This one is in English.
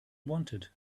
wanted